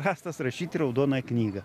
rastas rašyti į raudonąją knygą